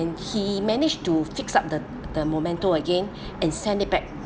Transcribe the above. and he managed to fix up the the momento again and send it back